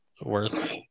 worth